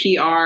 PR